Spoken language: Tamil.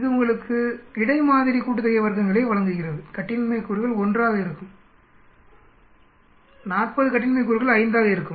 எனவே இது உங்களுக்கு வர்க்கங்களின் இடை மாதிரி கூட்டுத்தொகையை வழங்குகிறது கட்டின்மை கூறுகள் 1 ஆக இருக்கும் 40 கட்டின்மை கூறுகள் 5 ஆக இருக்கும்